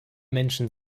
menschen